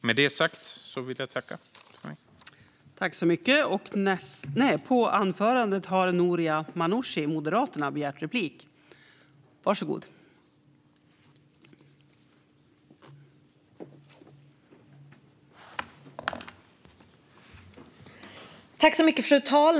Med det sagt vill jag tacka för mig.